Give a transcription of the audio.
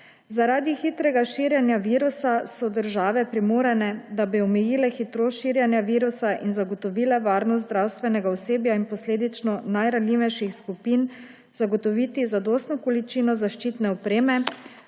Zaradi hitrega širjenja virusa so države primorane, da bi omejile hitrost širjenja virusa in zagotovile varnost zdravstvenega osebja in posledično najranljivejših skupin, zagotoviti zadostno količino zaščitne opreme,